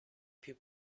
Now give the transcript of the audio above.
più